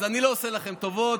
אז אני לא עושה לכם טובות,